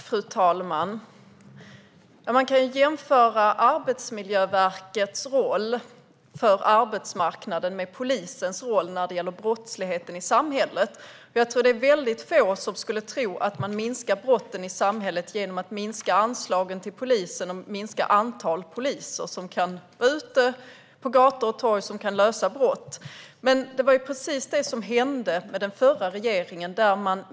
Fru talman! Man kan jämföra Arbetsmiljöverkets roll för arbetsmarknaden med polisens roll när det gäller brottsligheten i samhället. Jag tror att det är få som skulle tänka att man minskar antalet brott i samhället genom att minska anslagen till polisen och genom att minska antalet poliser som kan vara ute på gator och torg och som kan lösa brott. Det var ju precis det som hände med den förra regeringen.